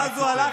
ואז הוא הלך,